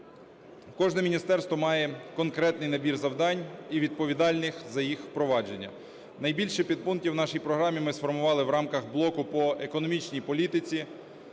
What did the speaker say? Кожне міністерство має конкретний набір завдань і відповідальних за їх впровадження. Найбільше підпунктів в нашій програмі ми сформували в рамках блоку по економічній політиці.